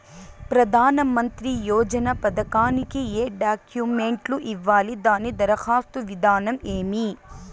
ప్రధానమంత్రి యోజన పథకానికి ఏ డాక్యుమెంట్లు ఇవ్వాలి దాని దరఖాస్తు విధానం ఏమి